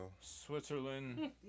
Switzerland